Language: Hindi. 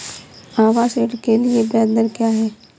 आवास ऋण के लिए ब्याज दर क्या हैं?